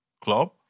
club